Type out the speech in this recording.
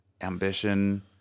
ambition